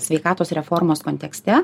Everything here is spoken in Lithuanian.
sveikatos reformos kontekste